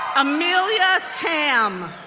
amelia tam,